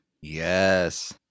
Yes